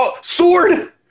Sword